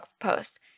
post